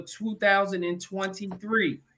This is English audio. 2023